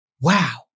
wow